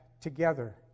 together